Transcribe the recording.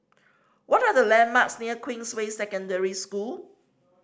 what are the landmarks near Queensway Secondary School